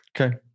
Okay